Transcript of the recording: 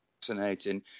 fascinating